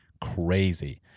crazy